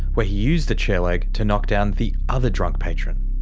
where he used the chair leg to knock down the other drunk patron.